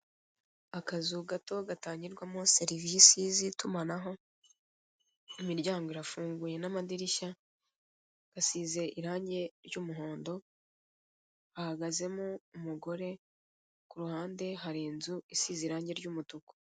Akazu gato gatangirwamo serivisi z'itumanaho, imiryango irafunguye n'amadirishya, hasize irange ry'umuhondo, hahagazemo umugore, ku ruhande hari inzu isize irange ry'umutuku.